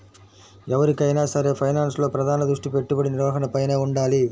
ఎవరికైనా సరే ఫైనాన్స్లో ప్రధాన దృష్టి పెట్టుబడి నిర్వహణపైనే వుండాలి